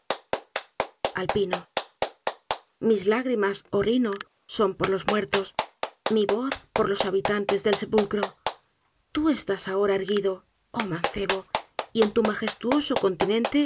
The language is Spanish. riberas alpino mis lágrimas oh riño son por los muertos mi voz por los habitantes del sepulcro tú estás ahora erguido oh mancebo y en tu magestuoso continente